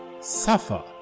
suffer